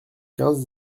quinze